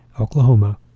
Oklahoma